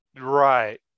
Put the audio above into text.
Right